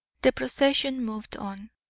the procession moved on,